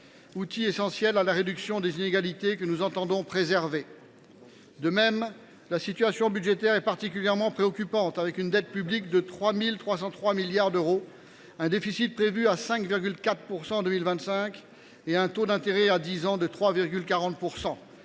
outil essentiel à la réduction des inégalités, que nous entendons préserver. De même, la situation budgétaire est particulièrement préoccupante, avec une dette publique de 3 303 milliards d’euros, un déficit prévu à 5,4 % en 2025 et un taux d’intérêt à dix ans de 3,40 %.